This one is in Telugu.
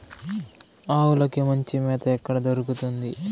ఆవులకి మంచి మేత ఎక్కడ దొరుకుతుంది?